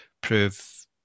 prove